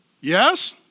yes